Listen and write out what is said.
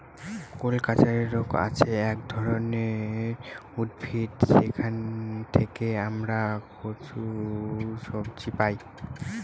colocasia root হচ্ছে এক ধরনের উদ্ভিদ যেখান থেকে আমরা কচু সবজি পাই